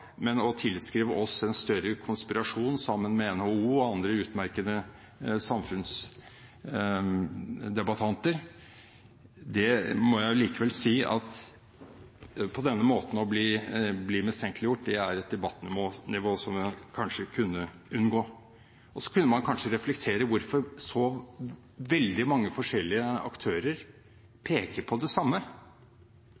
men å tilskrive oss en større konspirasjon sammen med NHO og andre utmerkede samfunnsdebattanter – og på denne måten å bli mistenkeliggjort – må jeg likevel si er et debattnivå man kanskje kunne unngå. Så kunne man kanskje reflektere over hvorfor så veldig mange forskjellige aktører